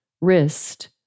wrist